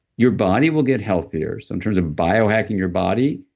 your body will get healthier, so in terms of biohacking your body,